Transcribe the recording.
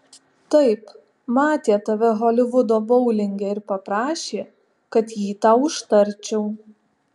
taip matė tave holivudo boulinge ir paprašė kad jį tau užtarčiau